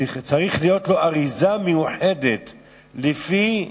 צריכה להיות אריזה מיוחדת לפי